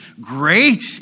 Great